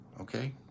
okay